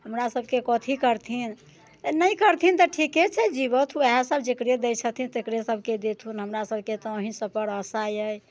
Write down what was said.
हमरा सबके कथी करथिन नहि करथिन तऽ ठीके छै जीवथु वएह सब जकरे दै छथिन तकरे सबके देथुन हमरा सबके तऽ अहिं सबपर आशा अइ